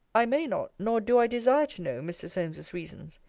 i may not, nor do i desire to know mr. solmes's reasons.